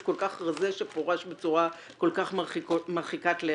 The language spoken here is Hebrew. כל כך רזה שפורש בצורה כל כך מרחיקת לכת.